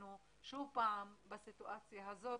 עצמנו שוב בסיטואציה הזאת,